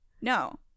No